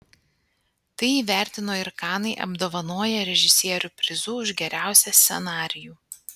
tai įvertino ir kanai apdovanoję režisierių prizu už geriausią scenarijų